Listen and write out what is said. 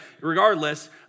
regardless